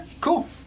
cool